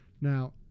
Now